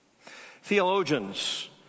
Theologians